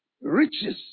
riches